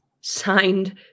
signed